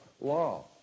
law